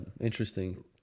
interesting